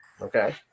okay